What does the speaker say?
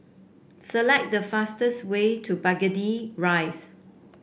select the fastest way to Burgundy Rise